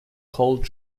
cold